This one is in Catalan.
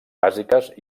bàsiques